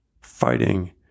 fighting